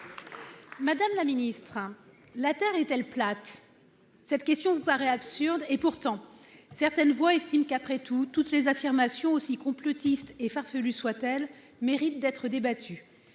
Madame la ministre. La terre est-elle plate. Cette question de paraît absurde et pourtant certaines voix estiment qu'après tout toutes les affirmations aussi complotistes et farfelue soit-elle, mérite d'être débattue.